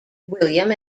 william